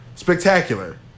Spectacular